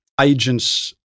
agents